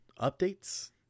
updates